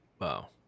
Wow